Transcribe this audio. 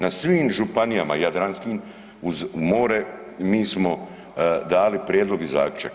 Na svim županijama jadranskim uz more mi smo dali prijedlog i zaključak.